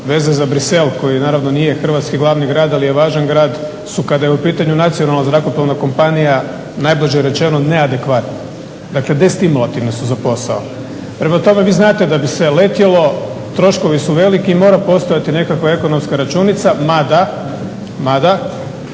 veze za Bruxelles koji naravno nije hrvatski glavni grad, ali je važan grad kada je u pitanju nacionalna zrakoplovna kompanija najblaže rečeno neadekvatno. Dakle, destimulativni su za posao. Prema tome, vi znate da bi se letjelo troškovi su veliki i mora postojati nekakva ekonomska računica, mada ako